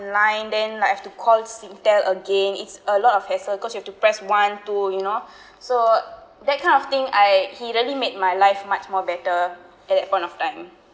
line then like I have to call Singtel again it's a lot of hassle cause you have to press one two you know so that kind of thing I he really made my life much more better at that point of time